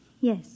Yes